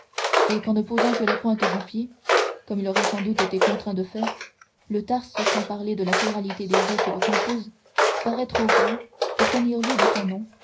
et qu'en ne posant que la pointe du pied comme il aurait sans doute été contraint de faire le tarse sans parler de la pluralité des os qui le composent paraît trop gros pour tenir lieu de canon